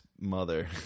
mother